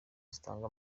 zitanga